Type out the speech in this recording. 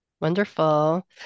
Wonderful